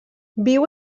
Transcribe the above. viu